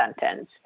sentence